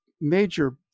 major